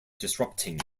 disrupting